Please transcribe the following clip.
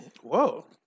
Whoa